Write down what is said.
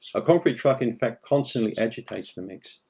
a concrete truck, in fact, constantly agitates the mix,